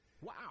Wow